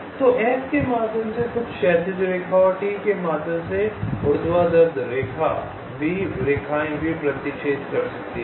तो S के माध्यम से कुछ क्षैतिज रेखा और T के माध्यम से ऊर्ध्वाधर रेखाएं भी प्रतिच्छेद कर सकती हैं